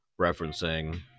referencing